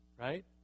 Right